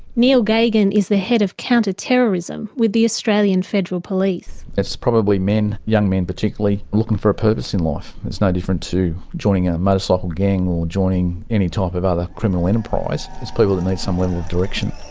neil gaughan and is the head of counter-terrorism with the australian federal police. it's probably men, young men particularly, looking for a purpose in life. it's no different to joining a motorcycle gang, or joining any type of other criminal enterprise. it's people that need some level of direction.